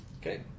Okay